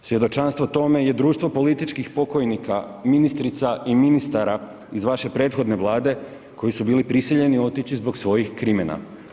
Svjedočanstvo tome je društvo političkih pokojnika, ministrica i ministara iz vaše prethodne vlade koji su bili prisiljeni otići zbog svojih krimena.